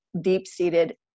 deep-seated